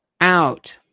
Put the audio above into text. out